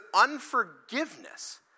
unforgiveness